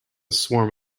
swarm